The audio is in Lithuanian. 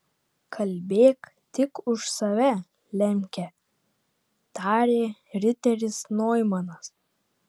kalbėk tik už save lemke tarė riteris noimanas